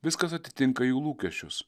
viskas atitinka jų lūkesčius